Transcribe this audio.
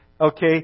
okay